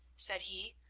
said he,